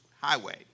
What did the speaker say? highway